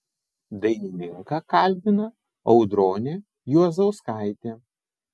dainininką kalbina audronė juozauskaitė